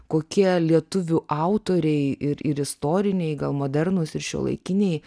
kokie lietuvių autoriai ir ir istoriniai gal modernūs ir šiuolaikiniai